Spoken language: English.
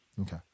Okay